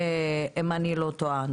אם אני לא טועה,